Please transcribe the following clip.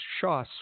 Shaw